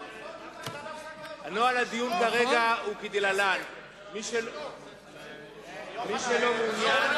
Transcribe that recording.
נוהל הדיון כרגע הוא כדלהלן: מי שלא מעוניין,